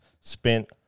spent